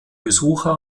besucher